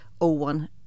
O1